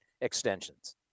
extensions